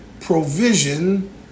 provision